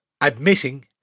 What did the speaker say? admitting